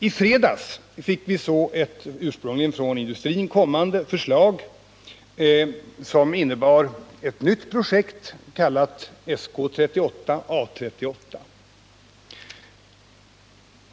I fredags fick vi så ett ursprungligen från industrin kommande förslag, som innebär ett nytt projekt kallat SK38/A38.